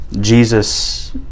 Jesus